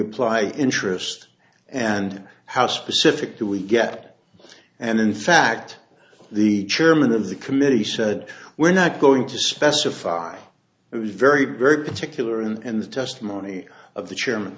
apply interest and how specific do we get and in fact the chairman of the committee said we're not going to specify who is very very particular and the testimony of the chairman